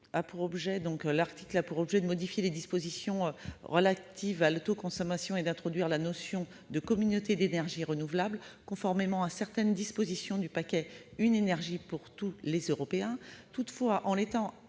article modifie les dispositions relatives à l'autoconsommation et introduit la notion de « communautés d'énergie renouvelable », conformément à certaines dispositions du paquet « Une énergie propre pour tous les Européens